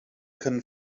können